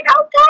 Okay